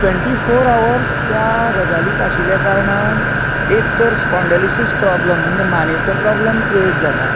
twenty four hours त्या गजालीक आशिल्ले कारणान एक तर स्पाेंडलिसीस प्रोब्लम म्हणजे मानेचो प्रोब्लम क्रियेट जाता